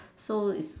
so it's